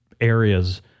areas